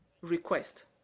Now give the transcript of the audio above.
request